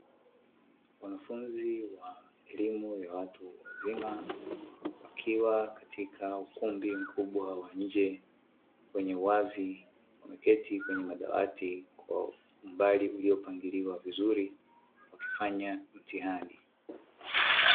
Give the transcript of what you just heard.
Wanafunzi wa elimu ya watu wazima wakiwa katika ukumbi mkubwa wa nje wenye uwazi wameketi kwenye madawati kwa umbali uliopangiliwa vizuri wakifanya mtihani.